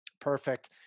Perfect